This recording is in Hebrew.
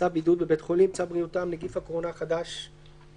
"צו בידוד בבית חולים" צו בריאות העם (נגיף הקורונה החדש 2019)